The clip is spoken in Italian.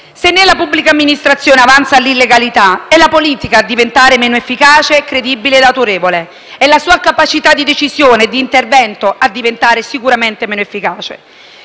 Se nella pubblica amministrazione avanza l'illegalità è la politica a diventare meno efficace, credibile ed autorevole ed è la sua capacità di decisione e di intervento a diventare sicuramente meno efficace.